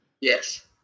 Yes